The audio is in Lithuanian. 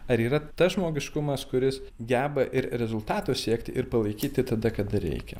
ar yra tas žmogiškumas kuris geba ir rezultato siekti ir palaikyti tada kada reikia